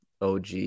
OG